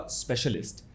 specialist